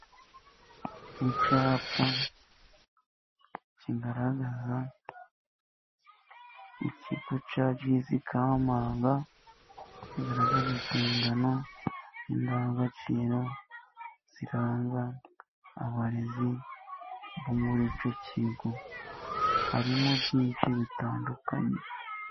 Icyapa kigaragaza ikigo cya G.S Kampanga, kigaragaza inshingano n'indangagaciro ziranga abarezi bo muri icyo kigo, harimo byinshi bitandukanye.